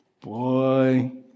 Boy